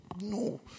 no